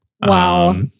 Wow